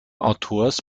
autors